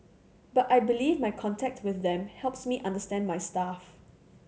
but I believe my contact with them helps me understand my staff